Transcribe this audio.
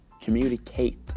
Communicate